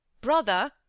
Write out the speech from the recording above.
Brother